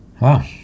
wow